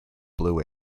blue